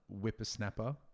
whippersnapper